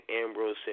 Ambrose